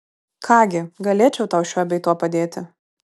ką gi galėčiau tau šiuo bei tuo padėti